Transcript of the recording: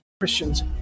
Christians